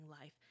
life